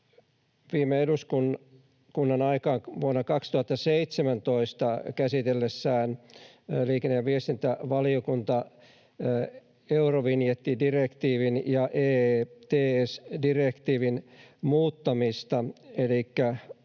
viime eduskunnan aikaan vuonna 2017 käsitellessään eurovinjettidirektiivin ja EETS-direktiivin muuttamista